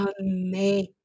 amazing